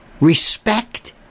respect